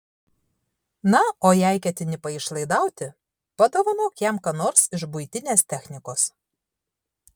na o jei ketini paišlaidauti padovanok jam ką nors iš buitinės technikos